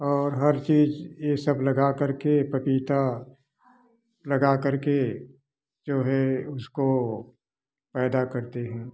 और हर चीज ये सब लगाकर के पपीता लगा कर के जो है उसको पैदा करते हैं